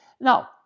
Now